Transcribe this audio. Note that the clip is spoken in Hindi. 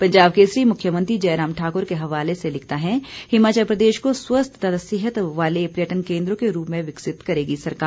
पंजाब केसरी मुख्यमंत्री जयराम ठाकुर के हवाले से लिखता है हिमाचल प्रदेश को स्वस्थ तथा सेहत वाले पर्यटन केन्द्रों के रूप में विकसित करेगी सरकार